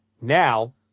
now